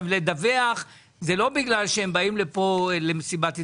הכוונה בלדווח היא לא שהם באים לפה למסיבת עיתונאים,